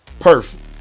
Perfect